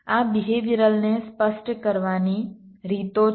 આ બિહેવિયરલને સ્પષ્ટ કરવાની રીતો છે